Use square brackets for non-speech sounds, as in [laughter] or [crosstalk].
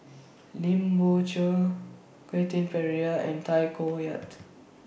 Lim Biow Chuan Quentin Pereira and Tay Koh Yat [noise]